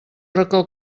racó